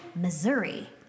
Missouri